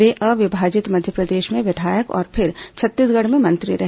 वे अविभाजित मध्यप्रदेश में विधायक और फिर छत्तीसगढ़ में मंत्री रहे